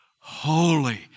holy